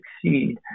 succeed